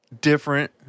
Different